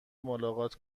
ملاقات